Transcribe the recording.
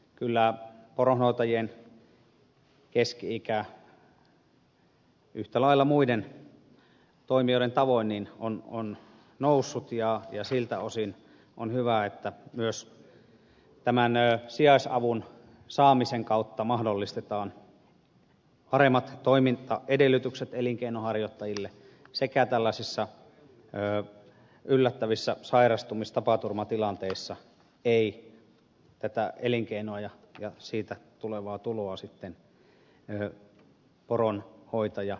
kyllä poronhoitajien keski ikä yhtä lailla muiden toimijoiden tavoin on noussut ja siltä osin on hyvä että myös tämän sijaisavun saamisen kautta mahdollistetaan paremmat toimintaedellytykset elinkeinonharjoittajille ja että tällaisissa yllättävissä sairastumis ja tapaturmatilanteissa ei tätä elinkeinoa ja siitä tulevaa tuloa sitten poronhoitaja menetä